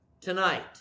tonight